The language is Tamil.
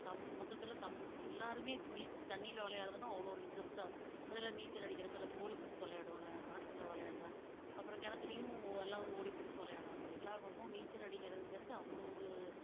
தம் மொத்தத்தில் தம் எல்லோருமே தண்ணியில் விளையாடுறதுனா அவ்வளோ ஒரு இன்ட்ரெஸ்ட்டாக அதில் நீச்சல் அடிக்கிறப்போ அல்லது ஓடிபிடிச்சி விளையாடுவாங்க ஆற்றுல விளையாண்டால் அப்புறம் கெணத்துலேயும் எல்லாம் ஓடிபிடிச்சி விளையாடுவாங்க எல்லா பக்கமும் நீச்சல் அடிக்கிறதுங்கிறது அவ்வளோ ஒரு